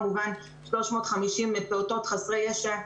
כמובן 350 אלף פעוטות חסרי ישע,